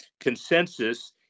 consensus